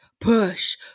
Push